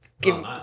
give